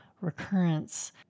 recurrence